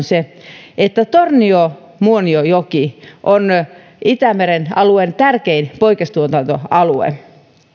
se että tornion muonionjoki on itämeren alueen tärkein poikastuotantoalue